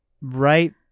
right